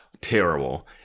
terrible